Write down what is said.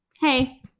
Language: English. Hey